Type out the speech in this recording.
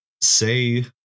say